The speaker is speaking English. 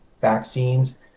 vaccines